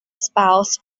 spouse